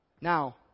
Now